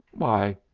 why,